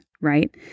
Right